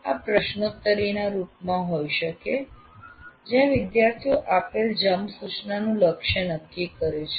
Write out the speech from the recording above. આ પ્રશ્નોત્તરીના રૂપમાં હોઈ શકે છે જ્યાં વિદ્યાર્થીઓ આપેલ જમ્પ સૂચનાનું લક્ષ્ય નક્કી કરે છે